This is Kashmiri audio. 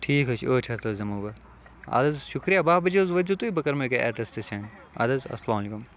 ٹھیٖک حٕظ چھُ ٲٹھ شیٚتھ حٕظ دِمو بہٕ اَد حٕظ شُکریہ بہہ بجے حٕظ وٲتۍ زیٚو تُہۍ بہٕ کَرمو یکیاہ ایٚڈرَس تہِ سیٚنٛڈ اَد حٕظ اَسَلامُ علیکُم